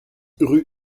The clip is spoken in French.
rue